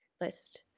list